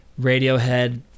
Radiohead